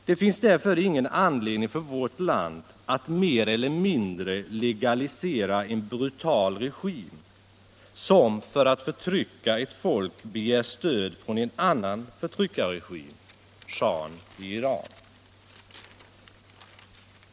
Det finns därför ingen anledning för vårt land att mer eller mindre legalisera en brutal regim som för att förtrycka ett folk begär stöd från en annan förtryckarregim, den som utövas av shahen av Iran.